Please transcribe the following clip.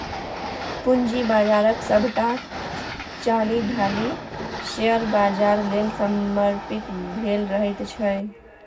पूंजी बाजारक सभटा चालि ढालि शेयर बाजार लेल समर्पित भेल रहैत छै